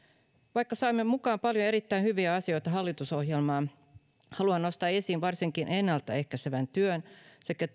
vaikka saimme mukaan paljon erittäin hyviä asioita hallitusohjelmaan haluan nostaa esiin varsinkin ennalta ehkäisevän työn sekä